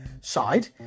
side